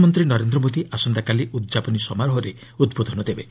ପ୍ରଧାନମନ୍ତ୍ରୀ ନରେନ୍ଦ୍ର ମୋଦି ଆସନ୍ତାକାଲି ଉଦ୍ଯାପନୀ ସମାରୋହରେ ଉଦ୍ବୋଧନ ଦେବେ